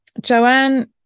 Joanne